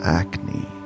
acne